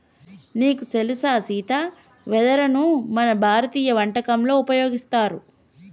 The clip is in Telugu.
నీకు తెలుసా సీతి వెదరును మన భారతీయ వంటకంలో ఉపయోగిస్తారు